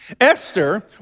Esther